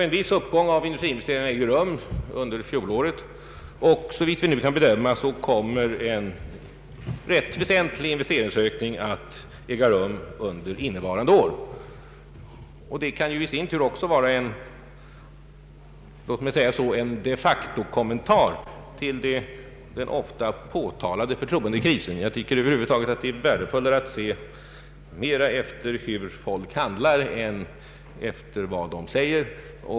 En viss uppgång av industriinvesteringarna ägde rum under fjolåret, och såvitt vi nu kan bedöma kommer en ganska väsentlig investeringsökning att äga rum under innevarande år. Detta kan i sin tur vara en — låt mig använda uttrycket — de factokommentar till den ofta påtalade förtroendekrisen. Jag tycker över huvud taget att det är värdefullare att se till hur folk handlar än till vad de säger.